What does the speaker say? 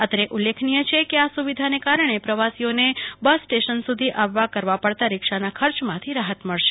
અત્રે ઉલ્લેખનીય છે કે આ સુવિધાને કારણે પ્રવાસીઓને બસ સ્ટેશન સુધી આવવા કરવા પડતા રીક્ષાના ખર્ચમાંથી રાહત મળશે